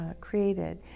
created